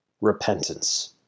repentance